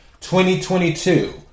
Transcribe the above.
2022